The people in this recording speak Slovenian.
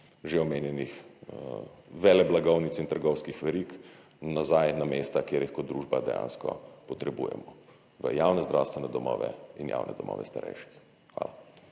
že omenjenih veleblagovnic in trgovskih verig nazaj na mesta, kjer jih kot družba dejansko potrebujemo, v javne zdravstvene domove in javne domove starejših. Hvala.